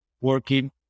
working